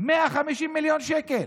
150 מיליון שקל.